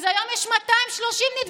ואז היום יש 230 נדבקים.